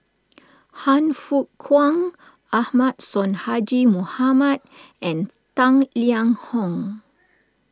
Han Fook Kwang Ahmad Sonhadji Mohamad and Tang Liang Hong